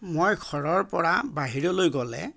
মই ঘৰৰ পৰা বাহিৰলৈ গ'লে